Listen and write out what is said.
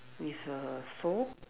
is a four